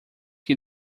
que